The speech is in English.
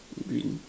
green